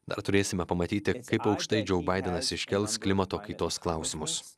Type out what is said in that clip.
dar turėsime pamatyti kaip aukštai džou baidenas iškels klimato kaitos klausimus